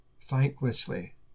Thanklessly